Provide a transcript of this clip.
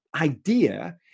idea